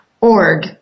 org